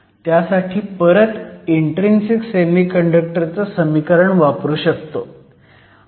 त्यासाठी परत intrinsic semiconductor चं समीकरण वापरू शकतो